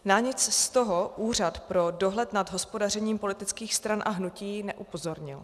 Na nic z toho Úřad pro dohled nad hospodařením politických stran a hnutí neupozornil.